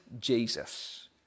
Jesus